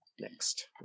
next